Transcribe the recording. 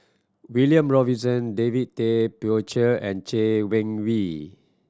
William Robinson David Tay Poey Cher and Chay Weng Yew